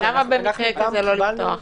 אז למה במקרה כזה לא לפתוח?